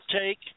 take